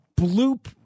bloop